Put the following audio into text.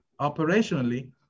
Operationally